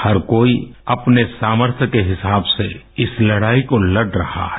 हर कोई अपने सामर्थ्य के हिसाब से इस लड़ाई को लड़ रहा है